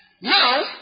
Now